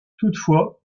toutefois